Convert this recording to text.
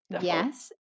Yes